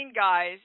guys